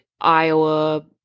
Iowa